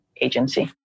agency